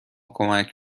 کمک